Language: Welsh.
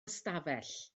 ystafell